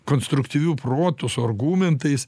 konstruktyviu protu su argumentais